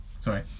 Sorry